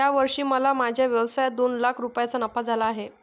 या वर्षी मला माझ्या व्यवसायात दोन लाख रुपयांचा नफा झाला आहे